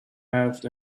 heaved